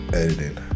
editing